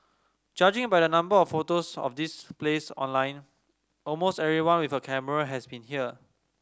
judging by the number of photos of this place online almost everyone with a camera has been here